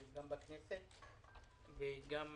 גם בכנסת וגם